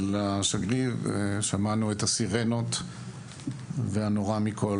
שמענו את הסירנות והנורא מכל,